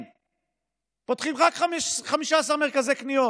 פותחים רק 15 מרכזי קניות.